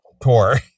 tour